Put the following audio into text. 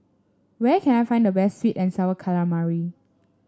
where can I find the best sweet and sour calamari